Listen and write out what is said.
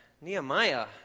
Nehemiah